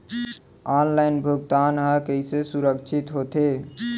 Online भुगतान हा कइसे सुरक्षित होथे?